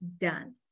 done